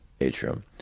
atrium